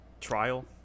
Trial